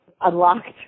unlocked